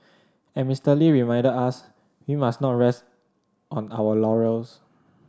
as Mister Lee reminded us we must not rest on our laurels